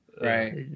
right